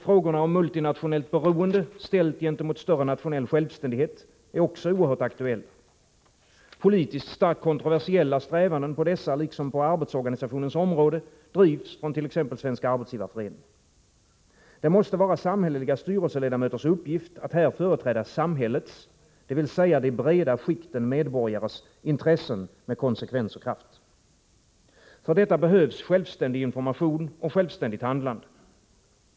Frågorna om multinationellt beroende ställt mot större nationell självständighet är också oerhört aktuella. Politiskt starkt kontroversiella strävanden på dessa områden liksom på arbetsorganisationens område drivs från t.ex. Svenska arbetsgivareföreningen. Det måste vara samhälleliga styrelseledamöters uppgift att här företräda samhällets, dvs. de breda skikten medborgares, intressen med konsekvens och kraft. För detta behövs självständig information och självständigt handlande.